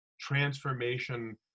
transformation